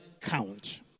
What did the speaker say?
count